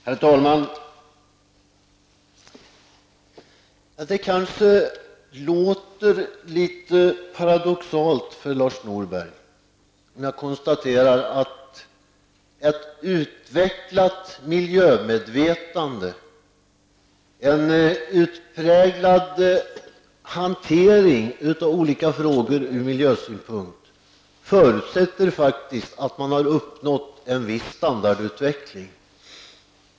Herr talman! Det låter kanske litet paradoxalt för Lars Norberg när jag konstaterar att ett utvecklat miljömedvetande och en utpräglad hantering av olika frågor ur miljösynpunkt faktiskt förutsätter att man har uppnått en viss standardutveckling.